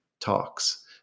talks